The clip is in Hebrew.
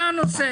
זה הנושא.